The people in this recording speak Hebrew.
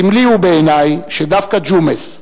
סמלי הוא בעיני שדווקא ג'ומס,